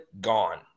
gone